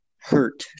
hurt